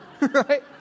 right